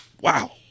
wow